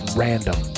random